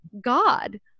God